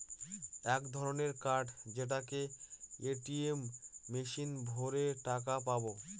এক ধরনের কার্ড যেটাকে এ.টি.এম মেশিনে ভোরে টাকা পাবো